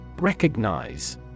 Recognize